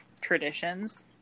traditions